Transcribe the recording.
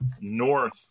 north